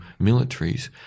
militaries